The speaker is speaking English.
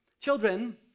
Children